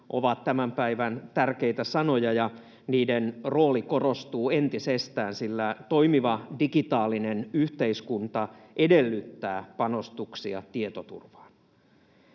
ovat tämän päivän tärkeitä sanoja, ja niiden rooli korostuu entisestään, sillä toimiva digitaalinen yhteiskunta edellyttää panostuksia tietoturvaan.